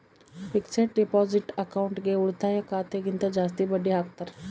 fixed deposit ಅಕೌಂಟ್ಗೆ ಉಳಿತಾಯ ಖಾತೆ ಗಿಂತ ಜಾಸ್ತಿ ಬಡ್ಡಿ ಹಾಕ್ತಾರ